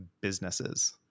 businesses